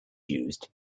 used